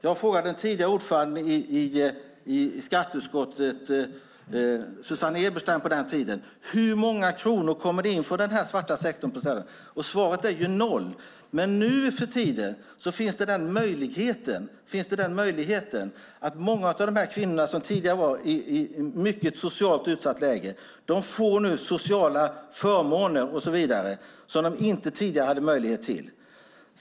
Jag har frågat den tidigare ordföranden i skatteutskottet på den tiden, Susanne Eberstein, hur många kronor som kommer in från denna svarta sektor. Svaret är noll. Men nu finns möjligheter för många av dessa kvinnor som tidigare var i ett socialt mycket utsatt läge. De får nu sociala förmåner och så vidare som de tidigare inte hade möjlighet till.